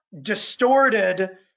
distorted